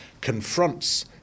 confronts